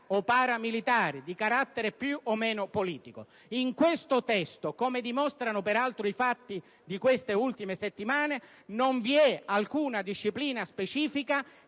o paramilitari, di carattere più o meno politico. Nel testo al nostro esame, come dimostrano peraltro i fatti di queste ultime settimane, non vi è alcuna disciplina specifica